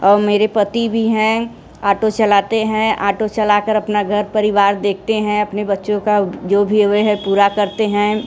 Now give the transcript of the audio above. और मेरे पति भी हैं आटो चलाते हैं आटो चलाकर अपना घर परिवार देखते हैं अपने बच्चो का जो भी है वह पूरा करते हैं